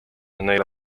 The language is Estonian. neile